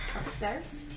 Upstairs